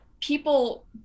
people